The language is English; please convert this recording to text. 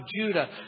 Judah